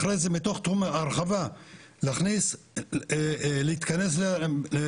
אחרי זה מתוך תחום ההרחבה להתכנס לתכנון.